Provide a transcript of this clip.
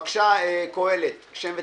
בבקשה, קהלת, שם ותפקיד.